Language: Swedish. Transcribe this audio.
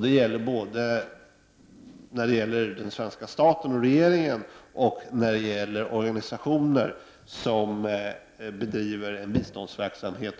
Det gäller både den svenska staten, regeringen, och organisationer som bedriver en biståndsverksamhet